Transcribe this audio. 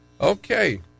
okay